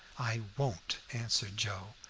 i won't, answered joe,